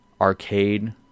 arcade